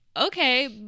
okay